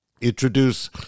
introduce